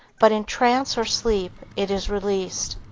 but in trance or sleep it is released.